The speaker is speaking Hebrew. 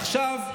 עכשיו,